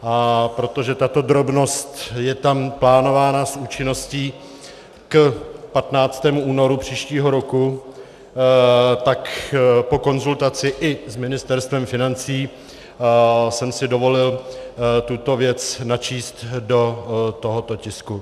A protože tato drobnost je tam plánována s účinností k 15. únoru příštího roku, tak po konzultaci i s Ministerstvem financí jsem si dovolil tuto věc načíst do tohoto tisku.